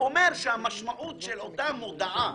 אומר שהמשמעות של אותה מודעה,